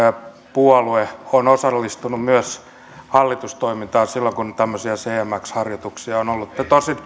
puolue on osallistunut myös hallitustoimintaan silloin kun tämmöisiä cmx harjoituksia on ollut